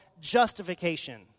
justification